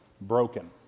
broken